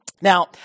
Now